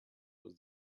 was